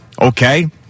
okay